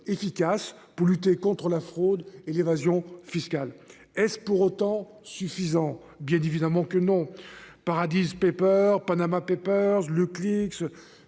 efficaces pour lutter contre la fraude et l'évasion fiscale. Est-ce pour autant suffisant bien dit évidemment que non paradise Paper Panama Papers le clic